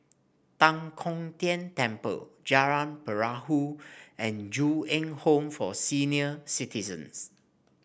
Tan Kong Tian Temple Jalan Perahu and Ju Eng Home for Senior Citizens